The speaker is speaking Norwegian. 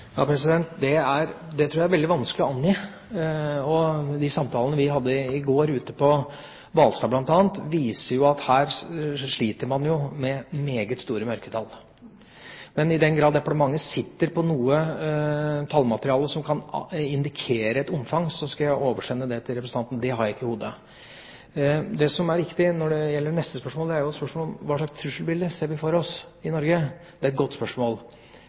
Det tror jeg er veldig vanskelig å angi. De samtalene vi bl.a. hadde i går ute på Hvalstad, viser at her sliter man med meget store mørketall. Men i den grad departementet sitter på noe tallmateriale som kan indikere et omfang, skal jeg oversende det til representanten – det har jeg ikke i hodet. Når det gjelder neste spørsmål, hva slags trusselbilde vi ser for oss i Norge, er det et godt spørsmål. Antall enslige mindreårige asylsøkere har fra 2006 og fram til i dag blitt seksdoblet. 70 pst. av dem kommer fra Afghanistan. Det er